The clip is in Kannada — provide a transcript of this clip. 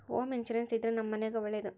ಹೋಮ್ ಇನ್ಸೂರೆನ್ಸ್ ಇದ್ರೆ ನಮ್ ಮನೆಗ್ ಒಳ್ಳೇದು